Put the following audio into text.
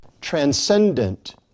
transcendent